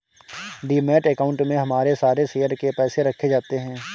demat account में हमारे सारे शेयर के पैसे रखे जाते हैं